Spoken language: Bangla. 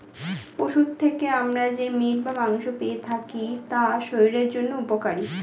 পশুর থেকে আমরা যে মিট বা মাংস পেয়ে থাকি তা শরীরের জন্য উপকারী